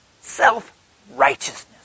self-righteousness